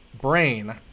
brain